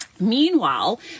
Meanwhile